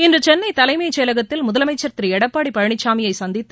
இன்று சென்னை தலைமைச் செயலகததில் முதலமைச்ச் திரு எடப்பாடி பழனிசாமியை சந்தித்து